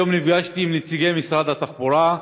היום נפגשתי עם נציגי משרד התחבורה,